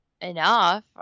enough